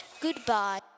goodbye